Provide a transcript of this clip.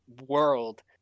world